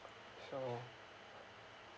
so